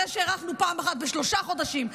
אחרי שהארכנו פעם אחת בשלושה חודשים.